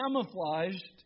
camouflaged